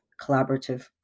collaborative